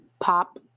pop